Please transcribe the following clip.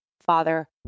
Father